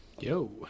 Yo